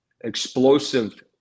explosive